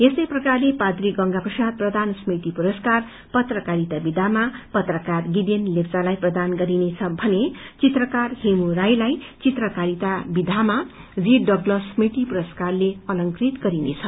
यस्तै प्रकारले पाद्री गंगा प्रसाद प्रधान स्मृति पुरसकार पत्रकारिता विधामा पत्रकार गिदेन लेप्चालाई प्रदान गरिनेछ भने चित्रकार हेमु राईलाई चित्रकारिता विधामा जी डगलस स्मृति पुरसकारले अलंकृत गरिनेछ